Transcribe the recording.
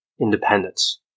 independence